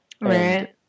right